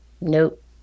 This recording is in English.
nope